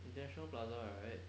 international plaza right